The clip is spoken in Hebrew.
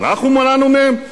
אנחנו מנענו מהם?